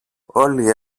όλοι